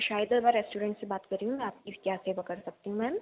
शाही Darbar restaurant से बात कर रही हूँ मैं आपकी क्या सेवा कर सकती हूँ मैम